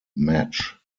match